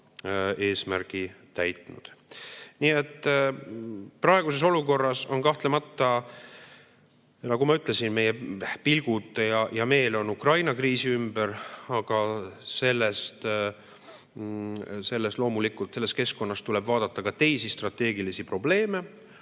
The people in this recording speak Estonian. eesmärgi täitnud. Nii et praeguses olukorras kahtlemata, nagu ma ütlesin, meie pilgud ja meel on Ukraina kriisiga seotud, aga loomulikult selles keskkonnas tuleb vaadata ka teisi strateegilisi probleeme.